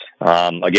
Again